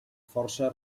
força